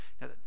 Now